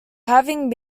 having